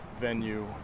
venue